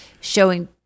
showing